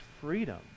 freedom